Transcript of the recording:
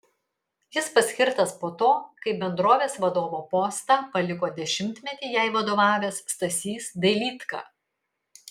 jis paskirtas po to kai bendrovės vadovo postą paliko dešimtmetį jai vadovavęs stasys dailydka